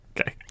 Okay